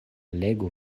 legu